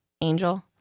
angel